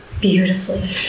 beautifully